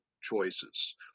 choices